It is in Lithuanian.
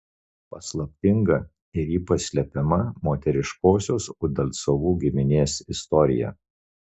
paslaptinga ir ypač slepiama moteriškosios udalcovų giminės istorija